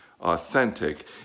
authentic